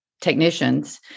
technicians